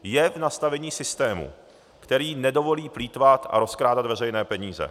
Je v nastavení systému, který nedovolí plýtvat a rozkrádat veřejné peníze.